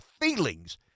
feelings